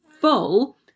full